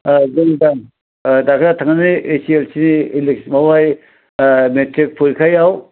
अ जों दा थांनानै ओइत्स एस एल सि माबा ओइ मेट्रिक परिक्खायाव